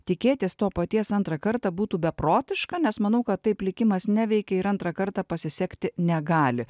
tikėtis to paties antrą kartą būtų beprotiška nes manau kad taip likimas neveikia ir antrą kartą pasisekti negali